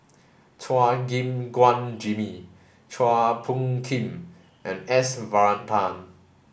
Chua Gim Guan Jimmy Chua Phung Kim and S Varathan